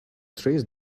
trace